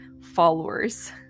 followers